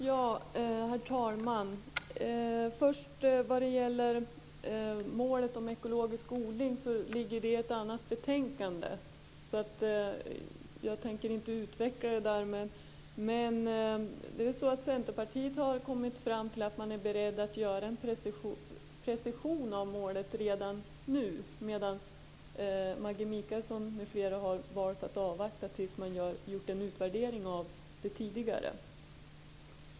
Herr talman! Först vill jag säga att målet om ekologisk odling ligger i ett annat betänkande. Jag tänker därför inte utveckla det här. Centerpartiet har kommit fram till att vi är beredda att göra en precision av målet redan nu. Maggi Mikaelsson m.fl. har däremot valt att avvakta tills man har gjort en utvärdering av det här.